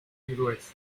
grueso